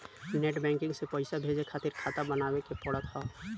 net banking से पईसा भेजे खातिर खाता बानवे के पड़त हअ